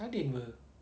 sardin [pe]